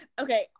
Okay